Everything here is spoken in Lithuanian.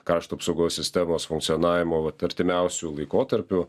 krašto apsaugos sistemos funkcionavimu vat artimiausiu laikotarpiu